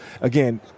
again